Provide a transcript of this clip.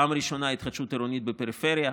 פעם ראשונה התחדשות עירונית בפריפריה,